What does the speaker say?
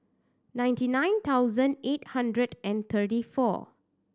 ninety nine thousand eight hundred and thirty four